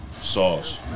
Sauce